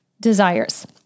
desires